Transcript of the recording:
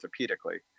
orthopedically